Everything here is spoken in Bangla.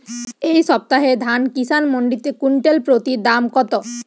এই সপ্তাহে ধান কিষান মন্ডিতে কুইন্টাল প্রতি দাম কত?